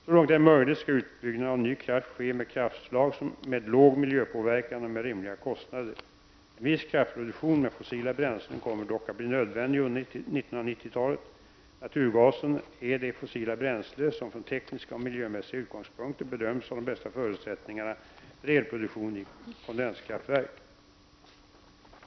Så långt det är möjligt skall utbyggnaden av en ny kraft ske med kraftslag med låg miljöpåverkan och med rimliga kostnader. En viss kraftproduktion med fossila bränslen kommer dock att bli nödvändig under 1990-talet. Naturgasen är det fossila bränsle som från tekniska och miljömässiga utgångspunkter bedöms ha de bästa förutsättningarna för elproduktion i kondenskraftverk.